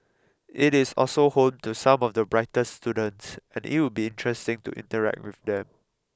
it is also home to some of the brightest students and it would be interesting to interact with them